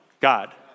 God